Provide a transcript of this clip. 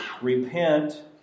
repent